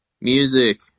Music